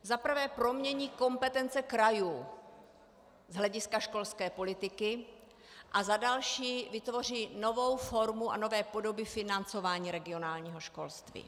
Za prvé promění kompetence krajů z hlediska školské politiky a za další vytvoří novou formu a nové podoby financování regionálního školství.